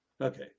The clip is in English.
Okay